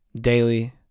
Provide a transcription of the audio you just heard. daily